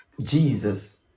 Jesus